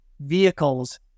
vehicles